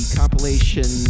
compilation